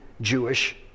Jewish